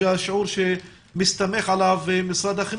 שזה השיעור שמסתמך עליו משרד החינוך.